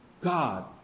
God